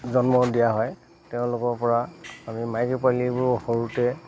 জন্ম দিয়া হয় তেওঁলোকৰ পৰা আমি মাইকী পোৱালিবোৰ সৰুতে